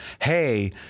hey